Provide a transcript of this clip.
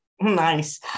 Nice